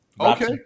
Okay